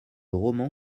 roman